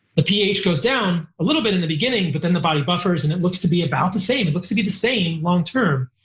the ph goes down a little bit in the beginning, but then the body buffers and it looks to be about the same, it looks to be the same long term.